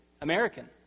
American